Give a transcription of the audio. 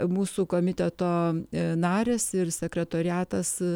mūsų komiteto narės ir sekretoriatas